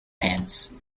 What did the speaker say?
pants